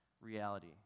reality